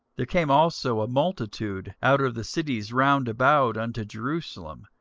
there came also a multitude out of the cities round about unto jerusalem,